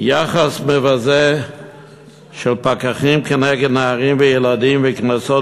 יחס מבזה של פקחים כנגד נערים וילדים וקנסות